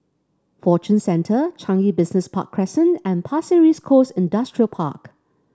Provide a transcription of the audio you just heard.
Fortune Centre Changi Business Park Crescent and Pasir Ris Coast Industrial Park